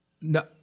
No